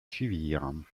suivirent